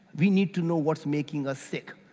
we need to know what's making us sick.